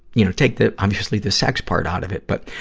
you know, take the, obviously the sex part out of it, but,